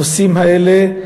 הנושאים האלה,